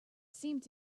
seemed